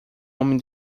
homem